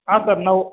ಹಾಂ ಸರ್ ನಾವು